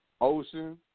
Ocean